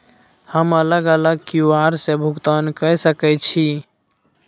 हम अलग अलग क्यू.आर से भुगतान कय सके छि?